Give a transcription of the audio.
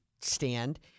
stand